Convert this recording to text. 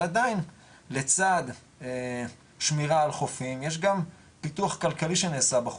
ועדיין לצד שמירה על חופים יש גם פיתוח כלכלי שנעשה בחופים,